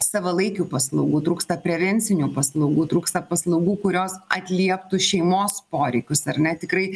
savalaikių paslaugų trūksta prevencinių paslaugų trūksta paslaugų kurios atlieptų šeimos poreikius ar ne tikrai